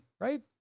right